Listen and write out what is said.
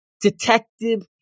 detective